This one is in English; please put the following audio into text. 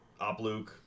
Opluke